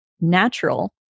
natural